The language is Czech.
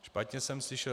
Špatně jsem slyšel.